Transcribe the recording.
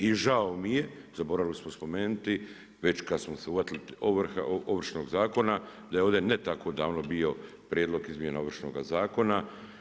I žao mi je, zaboravili smo spomenuti već kad smo se uhvatili Ovršnog zakona da je ovdje ne tako davno bio prijedlog izmjena Ovršnoga zakona.